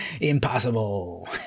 Impossible